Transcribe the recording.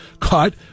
cut